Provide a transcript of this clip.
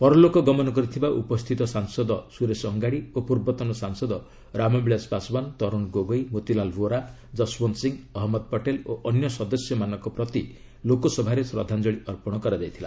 ପରଲୋକ ଗମନ କରିଥିବା ଉପସ୍ଥିତ ସାଂସଦ ସ୍ରରେଶ ଅଙ୍ଗାଡ଼ି ଓ ପୂର୍ବତନ ସାଂସଦ ରାମବିଳାସ ପାସୱାନ୍ ତରୁଣ ଗୋଗୋଇ ମୋତିଲାଲ ଭୋରା ଯଶଓ୍ୱନ୍ତ୍ ସିଂହ ଅହମ୍ମଦ ପଟେଲ୍ ଓ ଅନ୍ୟ ସଦସ୍ୟମାନଙ୍କ ପ୍ରତି ଲୋକସଭାରେ ଶ୍ରଦ୍ଧାଞ୍ଜଳି ଅର୍ପଣ କରାଯାଇଥିଲା